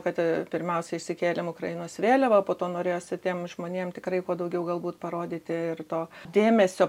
kad pirmiausia išsikėlėm ukrainos vėliavą po to norėjosi tiems žmonėms tikrai kuo daugiau galbūt parodyti ir to dėmesio